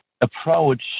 approach